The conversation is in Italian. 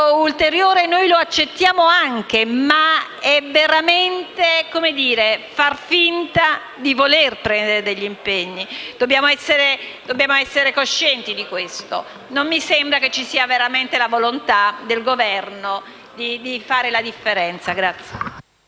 ulteriore noi lo accettiamo anche, ma questo è veramente far finta di voler prendere impegni, dobbiamo essere coscienti di questo. Non mi sembra che ci sia veramente la volontà del Governo di fare la differenza.